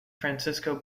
francisco